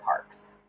parks